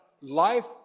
Life